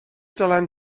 dylan